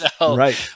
right